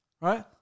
right